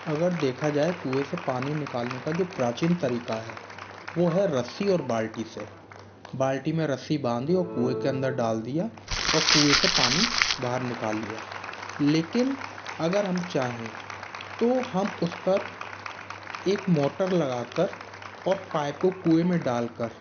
अगर देखा जाए कुएँ से पानी निकालने के जो प्राचीन तरीका है वो है रस्सी और बाल्टी से बाल्टी में रस्सी बाँधी और कुएँ के अंदर डाल दिया और कुएँ से पानी बाहर निकाल लिया लेकिन अगर हम चाहे तो हम उस पर एक मोटर लगाकर और पाइप को कुएँ में डालकर